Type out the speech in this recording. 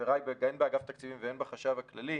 חבריי הן באגף תקציבים והן בחשב הכללי,